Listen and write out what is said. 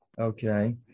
Okay